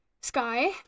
sky